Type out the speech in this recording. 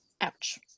Ouch